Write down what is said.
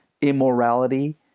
immorality